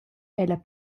ella